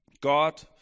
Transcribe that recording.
God